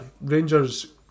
Rangers